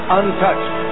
untouched